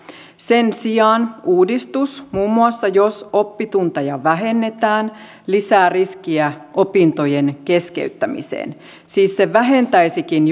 sen sijaan uudistus muun muassa jos oppitunteja vähennetään lisää riskiä opintojen keskeyttämiseen siis se vähentäisikin